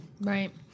Right